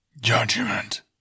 Judgment